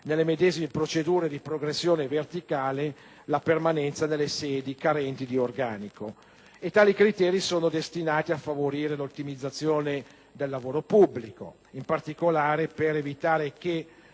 nelle medesime procedure di progressione verticale la permanenza nelle sedi carenti di organico. Tali criteri sono destinati a favorire l'ottimizzazione del lavoro pubblico e, in particolare, ad evitare che,